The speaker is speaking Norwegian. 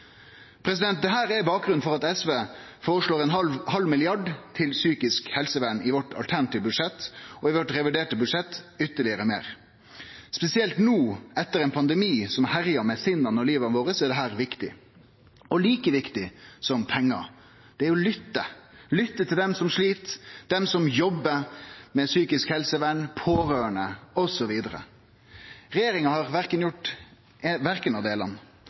er bakgrunnen for at SV føreslår ein halv milliard kroner til psykisk helsevern i vårt alternative budsjett, og i vårt reviderte budsjett ytterlegare meir. Spesielt no, etter ein pandemi som har herja med sinnet og livet vårt, er dette viktig. Og like viktig som pengar er det å lytte – lytte til dei som slit, dei som jobbar med psykisk helsevern, pårørande osv. Regjeringa har ikkje gjort nokon av delane.